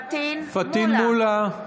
מולא,